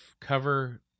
cover